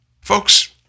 Folks